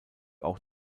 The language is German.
auch